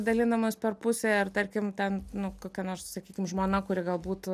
dalinamas per pusę ir tarkim ten nu kokia nors sakykim žmona kuri galbūt